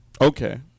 Okay